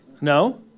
No